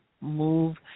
move